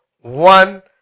one